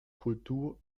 kultur